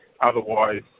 Otherwise